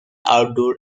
outdoor